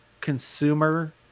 consumer